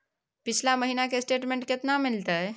पिछला महीना के स्टेटमेंट केना मिलते?